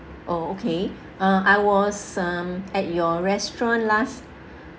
oh okay uh I was um at your restaurant last